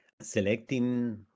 selecting